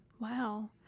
Wow